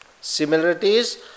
Similarities